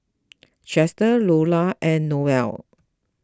Chester Lola and Noel